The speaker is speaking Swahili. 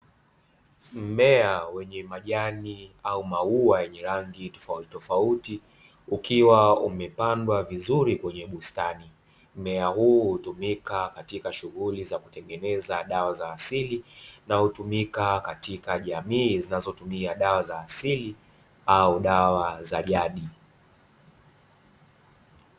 Mmea wenye majani au maua yenye rangi tofautitofauti ukiwa umepandwa vizuri kwenye bustani, mmea huu hutumika katika shughuli za kutengeneza dawa za asili na hutumika katika jamii zinazotumia dawa za asili au dawa za jadi.